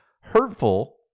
hurtful